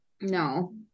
No